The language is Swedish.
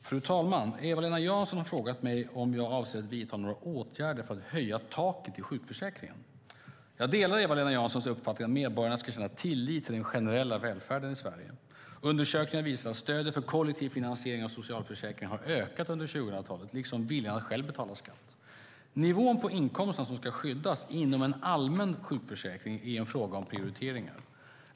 Fru talman! Eva-Lena Jansson har frågat mig om jag avser att vidta några åtgärder för att höja taket i sjukförsäkringen. Jag delar Eva-Lena Janssons uppfattning att medborgarna ska känna tillit till den generella välfärden i Sverige. Undersökningar visar att stödet för kollektiv finansiering av socialförsäkringarna har ökat under 2000-talet, liksom viljan att själv betala skatt. Nivån på inkomsterna som ska skyddas inom en allmän sjukförsäkring är en fråga om prioriteringar.